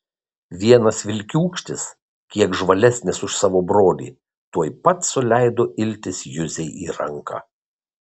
vienas vilkiūkštis kiek žvalesnis už savo brolį tuoj pat suleido iltis juzei į ranką